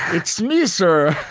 it's me, sir.